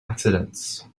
accidents